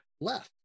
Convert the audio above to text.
left